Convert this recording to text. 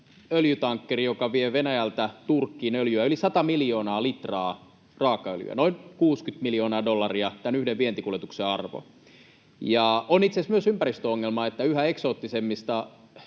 joka vie Venäjältä Turkkiin öljyä. Yli 100 miljoonaa litraa raakaöljyä, noin 60 miljoonaa dollaria, on tämän yhden vientikuljetuksen arvo. Ja on itse asiassa myös ympäristöongelma, että yhä eksoottisemmista